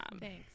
Thanks